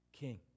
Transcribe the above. King